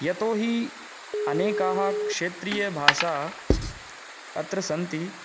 यतोहि अनेकाः क्षेत्रीयभाषाः अत्र सन्ति